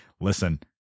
listen